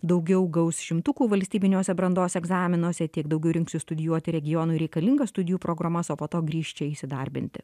daugiau gaus šimtukų valstybiniuose brandos egzaminuose tiek daugiau rinksis studijuoti regionui reikalingas studijų programas o po to grįš čia įsidarbinti